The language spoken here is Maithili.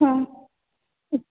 हाँ